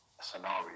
scenario